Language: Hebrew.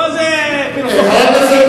לא איזו פילוסופיה.